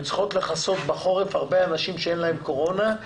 צריכות לכסות בחורף הרבה אנשים שאין להם קורונה.